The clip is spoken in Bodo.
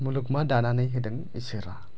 मुलुगमा दानानै होदों इसोरा